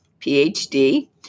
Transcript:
PhD